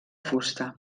fusta